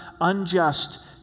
unjust